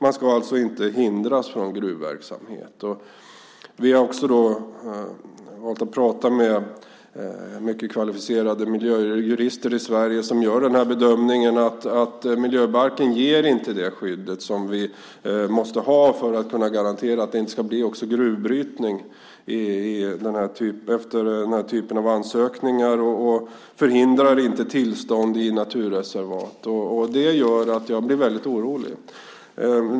Man ska alltså inte hindras från gruvverksamhet. Vi har pratat med mycket kvalificerade miljöjurister i Sverige som gör bedömningen att miljöbalken inte ger det skydd som vi måste ha för att kunna garantera att det inte ska bli också gruvbrytning efter den här typen av ansökningar. Den förhindrar inte att tillstånd ges också i naturreservat. Det gör att jag blir väldigt orolig.